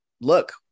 look